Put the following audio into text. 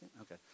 Okay